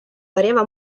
variava